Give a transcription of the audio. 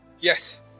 Yes